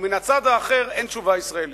ומן הצד האחר אין תשובה ישראלית.